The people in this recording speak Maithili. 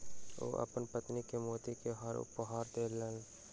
ओ अपन पत्नी के मोती के हार उपहार देलैन